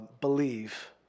believe